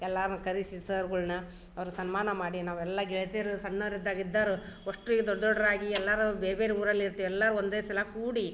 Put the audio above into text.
ಎಲ್ಲಾರನ್ನು ಕರಿಸಿ ಸರ್ಗಳ್ನ ಅವ್ರು ಸನ್ಮಾನ ಮಾಡಿ ನಾವೆಲ್ಲ ಗೆಳತಿಯರು ಸಣ್ಣವ್ರಿದ್ದಾಗ ಇದ್ದಾರ ವಷ್ಟ್ರು ಈಗ ದೊಡ್ಡ ದೊಡ್ರಾಗಿ ಎಲ್ಲಾರು ಬೇರೆ ಬೇರೆ ಊರಲ್ಲಿ ಇರ್ತಿವಿ ಎಲ್ಲಾರ ಒಂದೇ ಸಲ ಕೂಡಿ